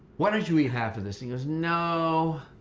why don't you eat half of this? he goes, no.